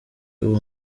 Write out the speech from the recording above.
uwo